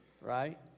Right